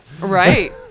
right